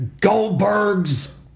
Goldberg's